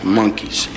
monkeys